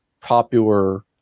popular